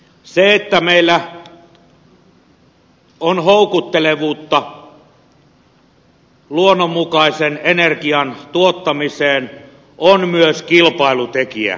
se että meillä on houkuttelevuutta luonnonmukaisen energian tuottamisessa on myös kilpailutekijä